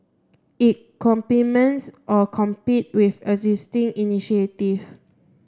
it complements or competes with existing initiative